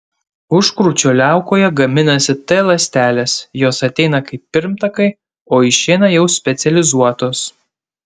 užkrūčio liaukoje gaminasi t ląstelės jos ateina kaip pirmtakai o išeina jau specializuotos